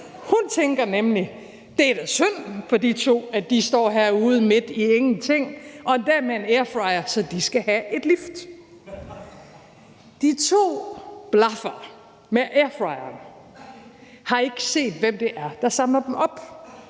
Hun tænker nemlig: Det er da synd for de to, at de står herude midt i ingenting og endda med en airfryer, så de skal have et lift. Kl. 01:17 De to blaffere med airfryeren har ikke set, hvem det er, der samler dem op.